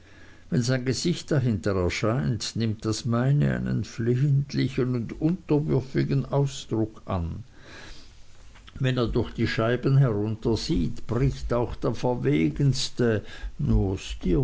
wenn sein gesicht dahinter erscheint nimmt das meine einen flehentlichen und unterwürfigen ausdruck an wenn er durch die scheiben heruntersieht bricht auch der verwegenste